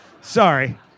Sorry